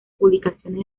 publicaciones